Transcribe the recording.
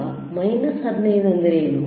ಈಗ 15 ಎಂದರೇನು